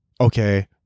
okay